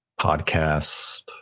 podcast